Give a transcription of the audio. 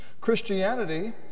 Christianity